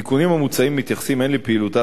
אדוני היושב-ראש, כנסת נכבדה,